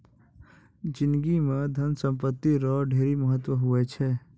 जिनगी म धन संपत्ति रो ढेरी महत्व हुवै छै